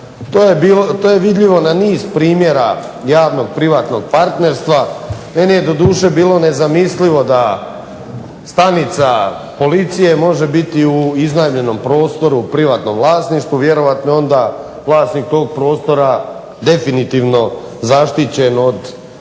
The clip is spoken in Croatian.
To je vidljivo na niz primjera javno-privatnog partnerstva. Meni je doduše bilo nezamislivo da stanica policije može biti u iznajmljenom prostoru privatnom vlasništvu. Vjerojatno je onda vlasnik tog prostora definitivno zaštićen od svih